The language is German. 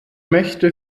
möchte